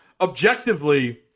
objectively